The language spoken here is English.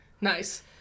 Nice